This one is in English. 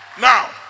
Now